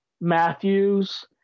Matthews